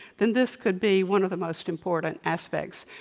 then this could be one of the most important aspects.